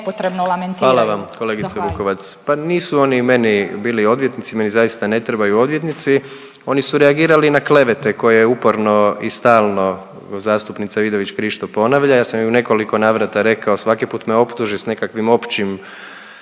**Jandroković, Gordan (HDZ)** Pa nisu oni meni bili odvjetnici, meni zaista ne trebaju odvjetnici, oni su reagirali na klevete koje uporno i stalno zastupnica Vidović Krišto ponavlja. Ja sam joj u nekoliko navrata rekao, svaki put me optuži s nekakvim općim